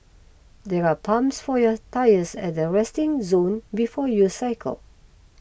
there are pumps for your tyres at the resting zone before you cycle